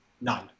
none